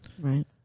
Right